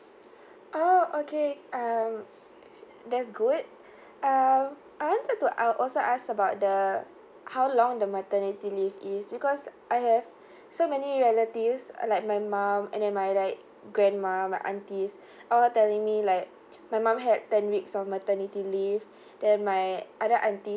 oh okay um that's good um I wanted to I'll also ask about the how long the maternity leave is because I have so many relatives uh like my mum and then my like grandma my aunties all are telling me like my mum had ten weeks of maternity leave then my other auntie